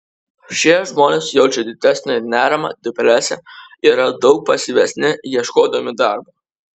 šie žmonės jaučia didesnį nerimą depresiją yra daug pasyvesni ieškodami darbo